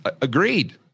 Agreed